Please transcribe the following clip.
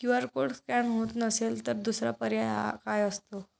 QR code scan होत नसेल तर दुसरा पर्याय काय असतो?